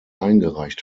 eingereicht